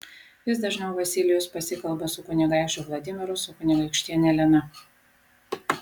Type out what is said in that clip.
vis dažniau vasilijus pasikalba su kunigaikščiu vladimiru su kunigaikštiene elena